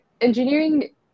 engineering